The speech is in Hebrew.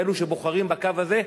לאלה שבוחרים בקו הזה: